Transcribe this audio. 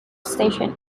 station